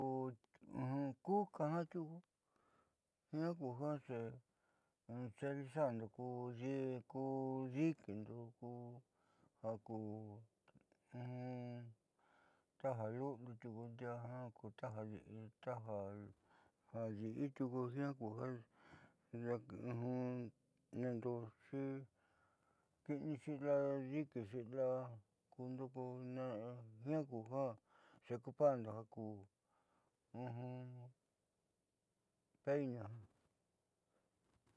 Ko kukana tiuku jiaa ku ja xe xealizando ku dikindo ko ja ku taja luliu tiuku diaá jiaa taja adi'i tiuku jiaa kuja xi'inixi la'a dikixi la'a kuundo ko ne jiaa ku ja xeocupando ja ku peine jiaa.